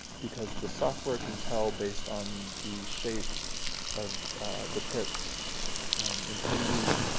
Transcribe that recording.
because the software can tell, based on the shape of the pits in three d,